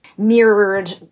mirrored